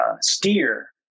steer